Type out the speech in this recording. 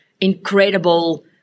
incredible